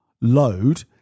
load